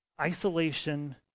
Isolation